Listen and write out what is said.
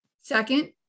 Second